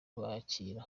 hagendewe